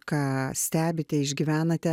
ką stebite išgyvenate